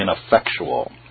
ineffectual